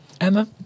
Emma